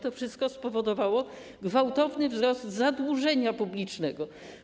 To wszystko spowodowało gwałtowny wzrost zadłużenia publicznego.